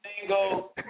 Single